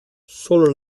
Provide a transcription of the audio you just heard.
solo